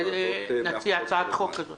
אולי נציע הצעת חוק כזאת